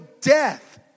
death